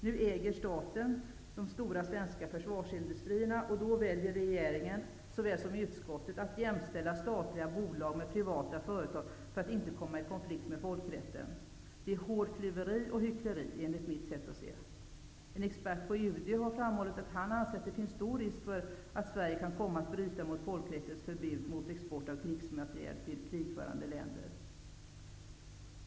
Nu äger staten de stora svenska försvarsindustrierna, och då väljer regeringen, liksom utskottet, att jämställa statliga bolag med privata företag för att inte komma i konflikt med folkrätten. Detta är, enligt mitt sätt att se, hårklyveri och hyckleri. En expert på UD har framhållit att han anser att det finns stor risk för att Sverige kan komma att bryta mot folkrättens förbud mot export av krigsmateriel till krigförande länder.